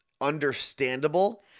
understandable